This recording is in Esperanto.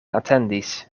atendis